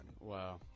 Wow